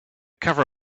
cover